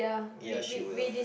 ya she will